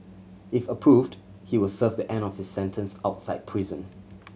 if approved he will serve the end of his sentence outside prison